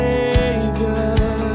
Savior